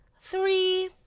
three